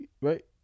right